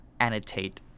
annotate